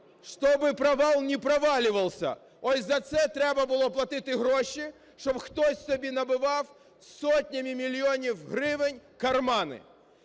"чтобы провал не проваливался". Ось за це треба було платити гроші, щоб хтось собі набивав сотнями мільйонів гривень кармани.